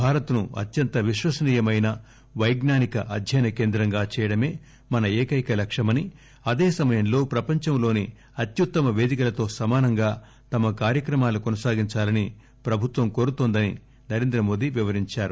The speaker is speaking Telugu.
భారత్ ను అత్యంత విశ్వసనీయమైన పైజ్ఞానిక అధ్యయన కేంద్రంగా చేయడమే మన ఏకైక లక్ష్యమని అదే సమయంలో ప్రపంచంలోని అత్యుత్తమ పేదికలతో సమానంగా తమ కార్యక్రమాలు కొనసాగించాలని ప్రభుత్వం కోరుతోందని నరేంద్రమోదీ వివరించారు